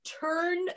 turn